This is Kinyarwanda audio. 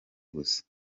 gusa